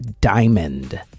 diamond